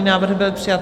Návrh byl přijat.